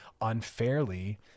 unfairly